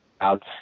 out